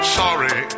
sorry